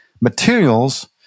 materials